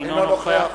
אינו נוכח